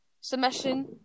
submission